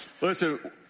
listen